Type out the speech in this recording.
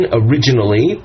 originally